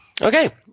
okay